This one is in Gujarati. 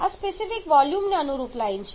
આ સ્પેસિફિક વોલ્યુમને અનુરૂપ લાઈન છે